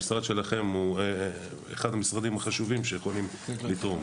כי המשרד שלכם הוא אחד מהמשרדים החשובים שיכולים לתרום.